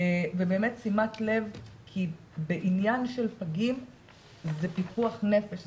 ובאמת שימת לב, כי בעניין של פגים זה פיקוח נפש.